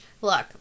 Look